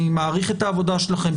אני מעריך את העבודה שלכם,